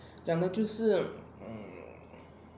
讲的就是 mm